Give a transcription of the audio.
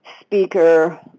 speaker